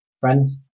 Friends